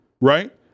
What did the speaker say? right